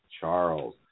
Charles